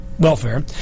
Welfare